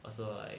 also like